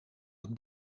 het